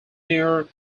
near